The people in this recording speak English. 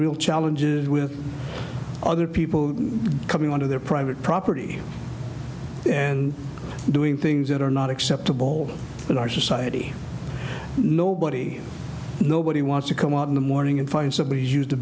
real challenges with other people coming on to their private property and doing things that are not acceptable in our society nobody nobody wants to come out in the morning and find somebody used the